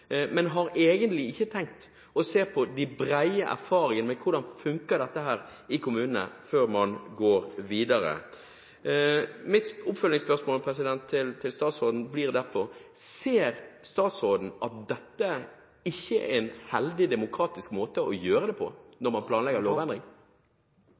men har egentlig ikke tenkt å se på de brede erfaringene med hvordan dette fungerer i kommunene før man går videre. Mitt oppfølgingsspørsmål til statsråden blir derfor: Ser statsråden at dette ikke er en heldig demokratisk måte å gjøre det på